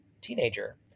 Teenager